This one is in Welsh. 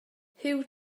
huw